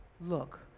Look